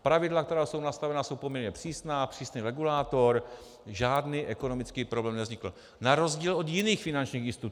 Pravidla, která jsou nastavena, jsou poměrně přísná, přísný regulátor, žádný ekonomický problém nevznikl, na rozdíl od jiných finančních institucí.